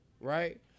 right